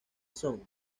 son